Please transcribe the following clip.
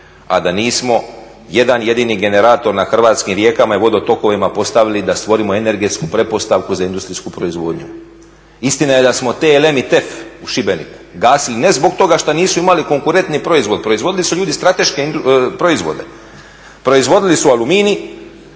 a da nismo jedan jedini generator na hrvatskim rijekama i vodotokovima postavili da stvorimo energetsku pretpostavku za industrijsku proizvodnju. Istina je da smo TLM u Šibeniku gasili ne zbog toga što nisu imali konkurentni proizvod, proizvodili su ljudi strateške proizvode, proizvodili su aluminij,